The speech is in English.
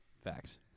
Facts